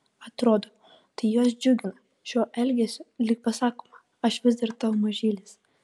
atrodo tai juos džiugina šiuo elgesiu lyg pasakoma aš vis dar tavo mažylis